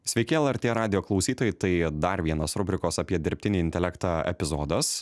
sveiki lrt radijo klausytojai tai dar vienas rubrikos apie dirbtinį intelektą epizodas